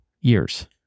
years